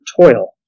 toil